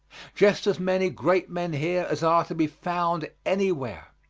just as many great men here as are to be found anywhere.